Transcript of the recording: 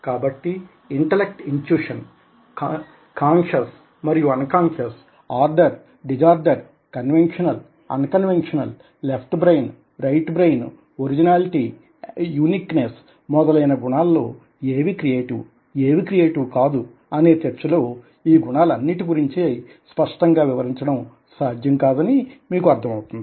కాబట్టి intellect intuition conscious మరియి unconscious order disorder conventional unconventional left brain right brain ఒరిజినాలిటీయూనిక్నెస్మొదలైన గుణాలలో ఏవి క్రియేటివ్ ఏవి క్రియేటివ్ కాదు అనే చర్చలో ఈ గుణాలన్నింటి గురించే స్పష్టంగా వివరించడం సాధ్యం కాదని మీకు అర్దం అవుతుంది